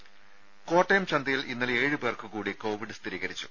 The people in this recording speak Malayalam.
രുമ കോട്ടയം ചന്തയിൽ ഇന്നലെ ഏഴു പേർക്കു കൂടി കോവിഡ് സ്ഥിരീകരിച്ചു